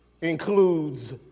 includes